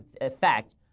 effect